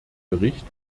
bericht